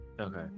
okay